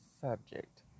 subject